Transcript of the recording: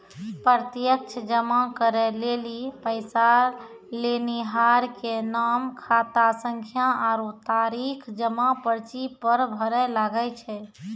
प्रत्यक्ष जमा करै लेली पैसा लेनिहार के नाम, खातासंख्या आरु तारीख जमा पर्ची पर भरै लागै छै